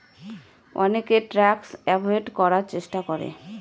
অনেকে tax avoid করার চেষ্টা করে